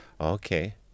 Okay